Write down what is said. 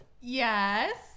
Yes